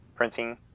printing